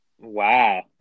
Wow